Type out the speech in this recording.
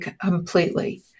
completely